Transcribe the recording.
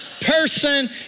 person